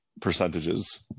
percentages